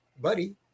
buddy